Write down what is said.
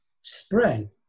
spread